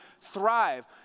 thrive